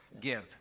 give